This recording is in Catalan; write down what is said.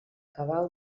cabal